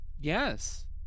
Yes